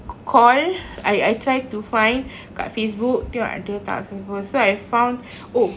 ca~ ca~ call I I try to find kat facebook tengok ada tak siapa-siapa so I found